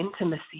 intimacy